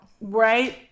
Right